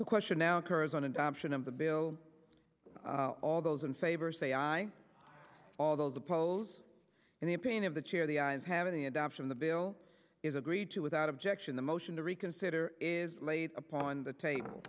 the question now occurs on adoption of the bill all those in favor say aye all those oppose and the opinion of the chair the eyes have any adoption the bill is agreed to without objection the motion to reconsider is laid upon the table